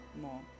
more